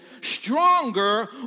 stronger